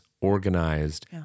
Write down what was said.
organized